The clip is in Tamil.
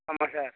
ஆமாம் சார்